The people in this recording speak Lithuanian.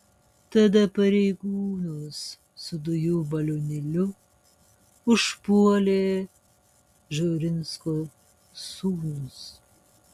tada pareigūnus su dujų balionėliu užpuolė žurinsko sūnus